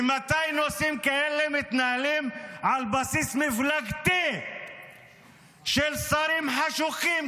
ממתי נושאים כאלה מתנהלים על בסיס מפלגתי של שרים חשוכים,